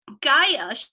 Gaia